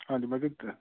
ਹਾਂਜੀ ਮੈਂ ਕਿਹਾ ਕ